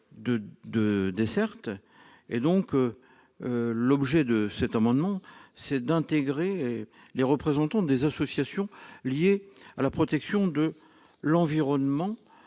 des dessertes. L'objet de cet amendement est d'intégrer les représentants des associations de protection de l'environnement